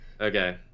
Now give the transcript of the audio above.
Okay